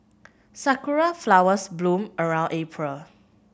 sakura flowers bloom around April